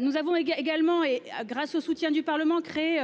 Nous avons également et grâce au soutien du Parlement crée